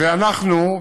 ואנחנו,